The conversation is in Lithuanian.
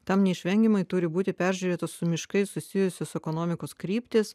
tam neišvengiamai turi būti peržiūrėtos su miškais susijusios ekonomikos kryptis